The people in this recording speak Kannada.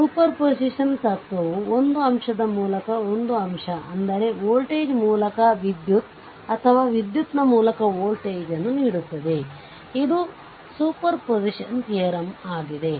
ಸೂಪರ್ಪೋಸಿಷನ್ ತತ್ವವು ಒಂದು ಅಂಶದ ಮೂಲಕ ಒಂದು ಅಂಶ ಅಂದರೆ ವೋಲ್ಟೇಜ್ ಮೂಲಕ ವಿದ್ಯುತ್ ಅಥವಾ ವಿದ್ಯುತ್ ನ ಮೂಲಕ ವೋಲ್ಟೇಜ್ ಅನ್ನು ನೀಡುತ್ತದೆ ಇದು ಸೂಪರ್ ಪೊಸಿಷನ್ ತಿಯರಮ್ ಆಗಿದೆ